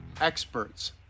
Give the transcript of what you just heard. experts